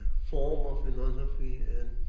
form of and geography and